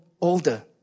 older